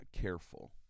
careful